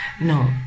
No